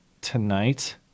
tonight